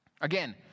Again